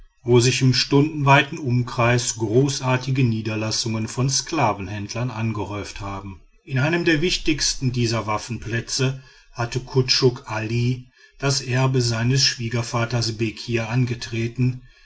wo sich im stundenweiten umkreis großartige niederlassungen von sklavenhändlern angehäuft haben in einem der wichtigsten dieser waffenplätze hat kutschuk ali das erbe seines schwiegervaters bekir angetreten